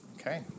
Okay